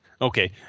Okay